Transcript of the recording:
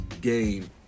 game